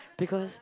because